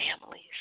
families